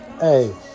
Hey